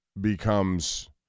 becomes